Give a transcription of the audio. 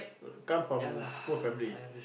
uh come from poor family